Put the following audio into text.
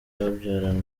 babyarana